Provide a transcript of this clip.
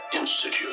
Institute